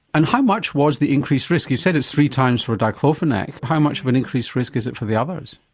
and how much was the increased risk, you said it's three times for diclofenac, how much of an increased risk is it for the others?